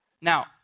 Now